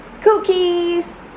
cookies